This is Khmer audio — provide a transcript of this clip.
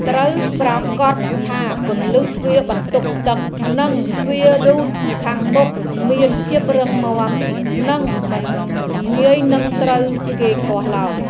ត្រូវប្រាកដថាគន្លឹះទ្វារបន្ទប់ទឹក និងទ្វាររ៉ូតខាងមុខមានភាពរឹងមាំ និងមិនងាយនឹងត្រូវគេគាស់ឡើយ។